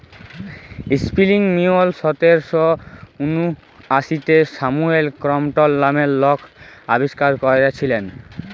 spinning mule সতের শ উনআশিতে স্যামুয়েল ক্রম্পটল লামের লক আবিষ্কার ক্যইরেছিলেল